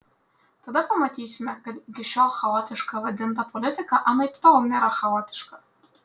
tada pamatysime kad iki šiol chaotiška vadinta politika anaiptol nėra chaotiška